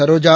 Saroja